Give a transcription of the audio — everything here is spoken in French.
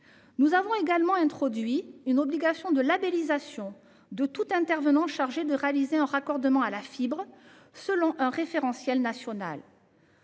Nous avons également introduit une obligation de labellisation de tout intervenant chargé de réaliser un raccordement à la fibre, selon un référentiel national.